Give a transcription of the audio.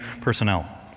personnel